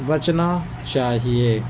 بچنا چاہیے